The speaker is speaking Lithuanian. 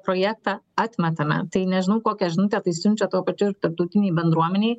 projektą atmetame tai nežinau kokią žinutę tai siunčia tuo pačiu ir tarptautinei bendruomenei